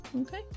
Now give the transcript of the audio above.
Okay